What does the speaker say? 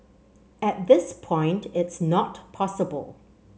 at this point it's not possible